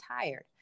tired